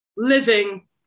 living